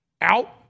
out